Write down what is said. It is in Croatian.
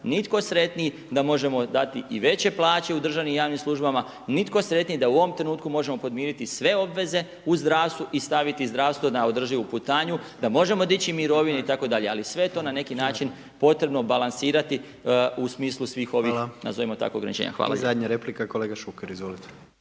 nitko sretniji da možemo dati i veće plaće u državnim i javnim službama, nitko sretniji da u ovom trenutku možemo podmiriti sve obveze u zdravstvu i staviti zdravstvo na održivu putanju, a možemo dići mirovine itd., ali sve je to na neki način potrebno balansirati u smislu svih ovih …/Upadica: Hvala./… nazovimo tako ograničenja. Hvala lijepo. **Jandroković,